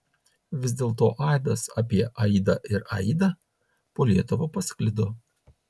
vis dėlto aidas apie aidą ir aidą po lietuvą pasklido